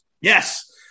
yes